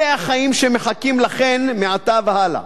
אלה החיים שמחכים לכן מעתה והלאה,